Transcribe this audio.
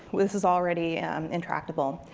this is already interactable.